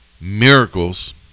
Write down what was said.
Miracles